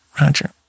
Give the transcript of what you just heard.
Roger